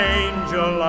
angel